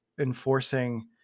enforcing